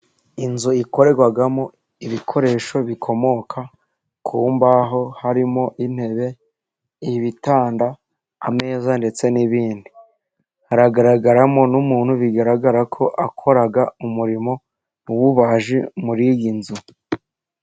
Inzu ikorerwamo ibikoresho bikomoka ku mbaho harimo: intebe, ibitanda, ameza, ndetse n'ibindi. Haragaragaramo n'umuntu bigaragara ko akora umurimo wubaji muri iyi nzu.